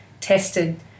Tested